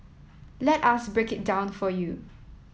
let us break it down for you